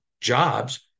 jobs